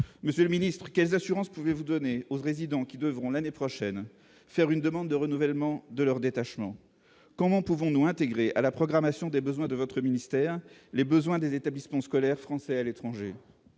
monsieur le Ministre quelles assurances, pouvez-vous donner au z'résidents qui devront l'année prochaine, faire une demande de renouvellement de leur détachement, comment pouvons-nous intégrée à la programmation des besoins de votre ministère, les besoins des établissements scolaires français à l'étranger